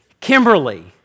Kimberly